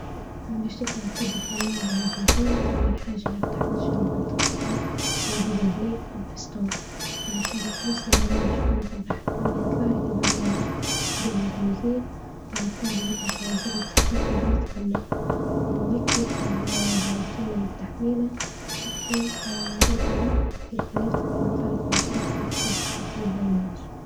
باش تجدر تثبت برنامج على تليفونك أول حاجة افتح متجر التطبيقات زي جوجل بلاي وآبل ستور، بعد تالي اكتب اسم البرنامج في قناة البحث لما يطلعلك البرنامج دير له تنزيل بعد تالي اضغط على زر التثبيت بعد يتحمل، وهكي صار بعد يكمل التحميل هكي تجدر يجدر يفتح في نقالك مباشرة وتجدر تستخدم البرنامج.